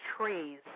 trees